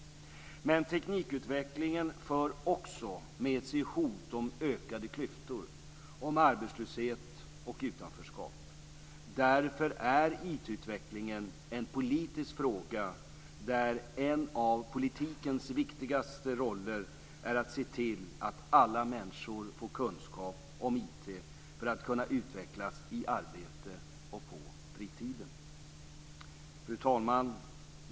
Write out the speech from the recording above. Men teknikutvecklingen för också med sig hot om ökade klyftor, om arbetslöshet och om utanförskap. Därför är IT-utvecklingen en politisk fråga, där en av politikens viktigaste roller är att se till att alla människor får kunskap om IT för att kunna utvecklas i arbete och på fritiden. Fru talman!